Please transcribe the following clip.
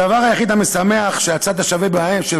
הדבר היחיד המשמח הוא שהצד השווה בין כל